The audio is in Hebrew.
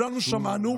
וכולנו שמענו: